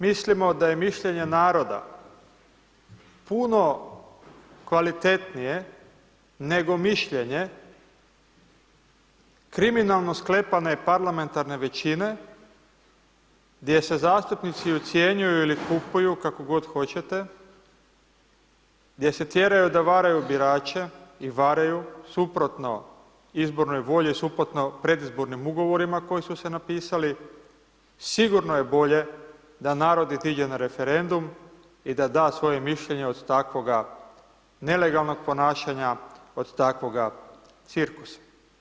Mislimo da je mišljenje naroda puno kvalitetnije nego mišljenje kriminalno sklepane parlamentarne većine gdje se zastupnici ucjenjuju ili kupuju, kako god hoćete, gdje se tjeraju da varaju birače i varaju, suprotno izbornoj volji i suprotno predizbornim ugovorima koji su se napisali, sigurno je bolje da narod otiđe na referendum i da da svoje mišljenje od takvoga nelegalnoga ponašanja, od takvog cirkusa.